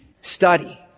study